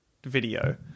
video